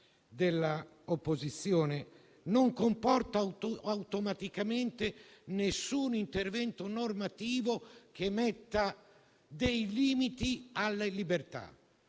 - automaticamente nessun intervento normativo che metta dei limiti alla libertà.